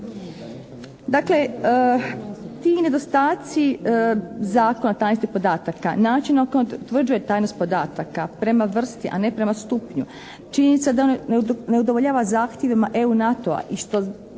Dakle ti nedostaci Zakona o tajnosti podataka, način na koji utvrđuje tajnost podataka prema vrsti, a ne prema stupnju, činjenica da on ne udovoljava zahtjevima EU NATO-a i što